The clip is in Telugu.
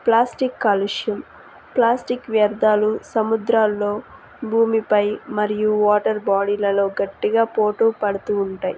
ప్లాస్టిక్ కాలుష్యం ప్లాస్టిక్ వ్యర్థాలు సముద్రాల్లో భూమిపై మరియు వాటర్ బాడీలలో గట్టిగా పోటు పడుతూ ఉంటాయి